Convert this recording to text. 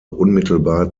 unmittelbar